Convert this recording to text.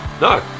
No